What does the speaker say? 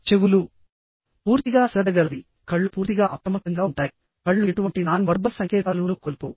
చెవులు పూర్తిగా శ్రద్ధగలవి కళ్ళు పూర్తిగా అప్రమత్తంగా ఉంటాయి కళ్ళు ఎటువంటి నాన్ వర్బల్ సంకేతాలు ను కోల్పోవు